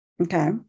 Okay